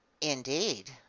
indeed